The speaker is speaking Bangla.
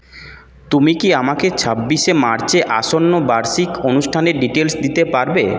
তুমি কি আমাকে ছাব্বিশে মার্চে আসন্ন বার্ষিক অনুষ্ঠানের ডিটেলস্ দিতে পারবে